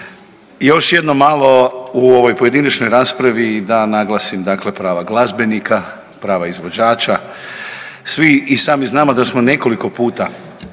Još jednom malo u ovoj pojedinačnoj raspravi da naglasim prava glazbenika, prava izvođača. Svi i sami znamo da smo nekoliko puta